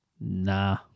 nah